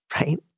right